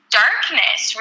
darkness